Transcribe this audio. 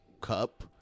cup